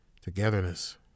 togetherness